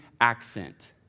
accent